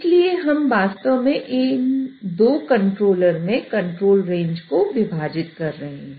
इसलिए हम वास्तव में इन 2 कंट्रोलर में कंट्रोल रेंज को विभाजित कर रहे हैं